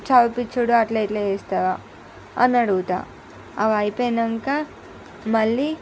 చదివించడం అట్లా ఇట్లా చేస్తావా అని అడుగుతా అవి అయిపోయాక మళ్ళీ